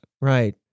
Right